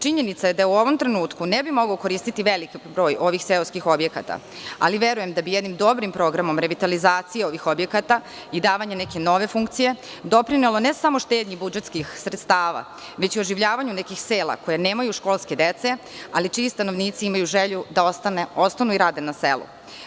Činjenica je da u ovom trenutku ne bi mogao koristiti veliku broj seoskih objekata, ali verujem da bi jednim dobrim programom revitalizacije ovih objekata i davanje neke nove funkcije, doprinelo ne samo štednji budžetskih sredstava već i oživljavanju nekih sela koja nemaju školske dece, ali čiji stanovnici imaju želju da ostanu i rade na selu.